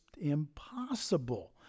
impossible